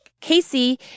Casey